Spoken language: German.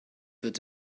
wird